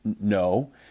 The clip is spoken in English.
No